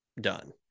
done